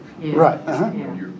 right